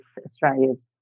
Australia's